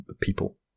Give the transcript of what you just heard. people